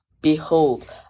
Behold